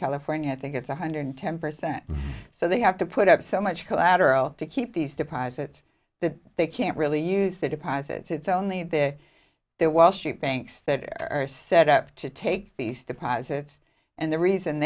california i think it's one hundred ten percent so they have to put up so much collateral to keep these deposits that they can't really use the deposit it's only there they're wall street banks that are set up to take these deposits and the reason